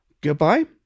goodbye